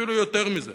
אפילו יותר מזה.